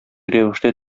рәвештә